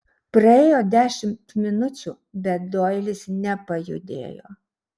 praėjo dešimt minučių bet doilis nepajudėjo